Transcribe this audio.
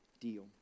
deal